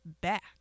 back